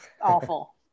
awful